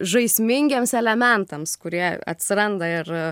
žaismingiems elementams kurie atsiranda ir